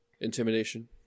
Intimidation